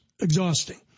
exhausting